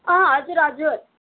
हजुर हजुर